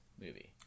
movie